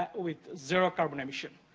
with zero carbon emission.